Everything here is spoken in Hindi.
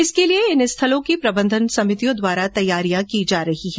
इसके लिये इन स्थलों की प्रबंधन समितियों द्वारा तैयारियां की जा रही है